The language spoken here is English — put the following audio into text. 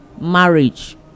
marriage